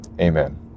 Amen